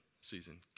season